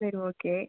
சரி ஓகே